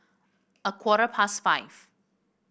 a quarter past five